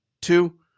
Two